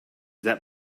that